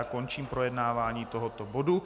Končím projednávání tohoto bodu.